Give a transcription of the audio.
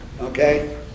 Okay